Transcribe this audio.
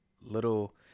little